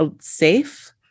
safe